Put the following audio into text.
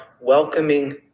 welcoming